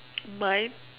mine